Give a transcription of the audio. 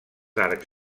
arcs